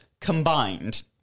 combined